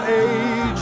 age